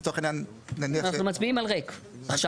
לצורך העניין --- אנחנו מצביעים על ריק עכשיו.